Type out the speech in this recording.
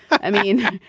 i mean,